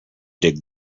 dig